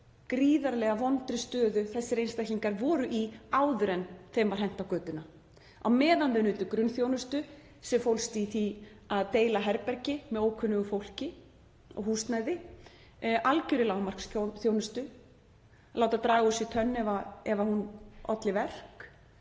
gríðarlega vondri stöðu þessir einstaklingar voru í áður en þeim var hent á götuna, á meðan þeir nutu grunnþjónustu sem fólst í því að deila herbergi og húsnæði með ókunnugu fólki, algerrar lágmarksþjónustu, láta draga úr sér tönn ef hún olli verk